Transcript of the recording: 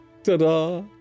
Ta-da